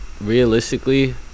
realistically